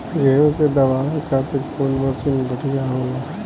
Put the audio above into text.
गेहूँ के दवावे खातिर कउन मशीन बढ़िया होला?